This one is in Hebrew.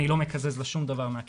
אני לא מקזז לה שום דבר מהקיצבה.